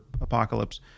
apocalypse